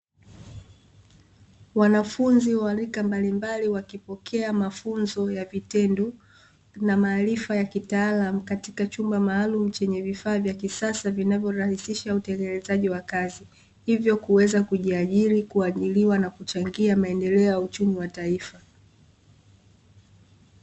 Wanafunzi wa rika mbalimbali wakipokea mafunzo ya vitendo, na maarifa ya kitaalamu katika chumba maalumu chenye vifaa vya kisasa vinavyorahisisha utekelezaji wa kazi, hivyo kuweza kujiajiri, kuajiriwa na kuchangia maendeleo ya uchumi wa taifa.